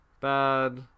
bad